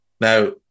Now